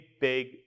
big